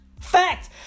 Fact